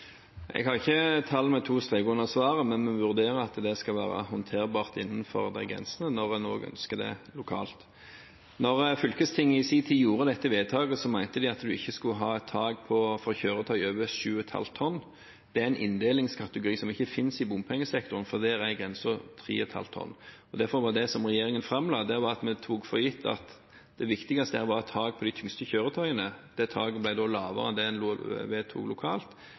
Jeg har ikke tall med to streker under svaret, men vurderer det slik at det skal være håndterbart innenfor de grensene, når en også ønsker det lokalt. Da fylkestinget i sin tid gjorde dette vedtaket, mente de at en ikke skulle ha et tak for kjøretøy over 7,5 tonn. Det er en inndelingskategori som ikke finnes i bompengesektoren, for der er grensen 3,5 tonn. Derfor var det som regjeringen framla, at vi tok for gitt at det viktigste her var å ha et tak for de tyngste kjøretøyene. Det taket ble da lavere enn det en vedtok lokalt,